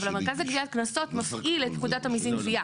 אבל המרכז לגביית קנסות מפעיל את פקודת המיסים (גבייה).